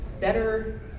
better